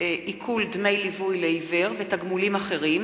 עיקול דמי ליווי לעיוור ותגמולים אחרים